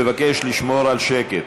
אני שוב מבקש לשמור על שקט.